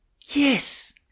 Yes